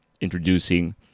introducing